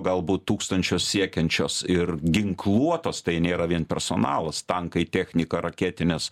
galbūt tūkstančius siekiančios ir ginkluotos tai nėra vien personalas tankai technika raketinės